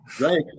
Right